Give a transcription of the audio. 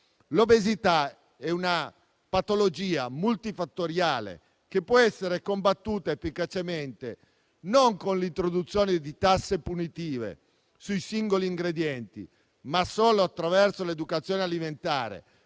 L'obesità è una patologia multifattoriale che può essere combattuta efficacemente non con l'introduzione di tasse punitive sui singoli ingredienti, ma solo attraverso l'educazione alimentare,